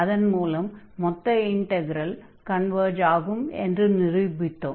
அதன் மூலம் மொத்த இன்டக்ரல் கன்வர்ஜ் ஆகும் என்று நிரூபித்தோம்